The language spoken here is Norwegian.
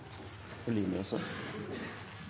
og kanskje også